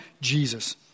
Jesus